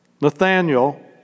nathaniel